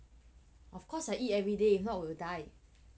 of course I eat everyday if not will die